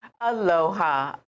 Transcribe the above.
Aloha